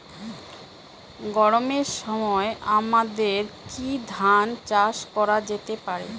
গরমের সময় আমাদের কি ধান চাষ করা যেতে পারি?